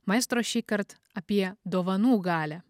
maestro šįkart apie dovanų galią